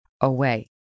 away